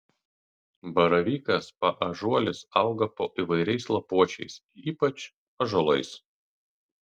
baravykas paąžuolis auga po įvairiais lapuočiais ypač ąžuolais